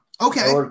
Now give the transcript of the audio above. Okay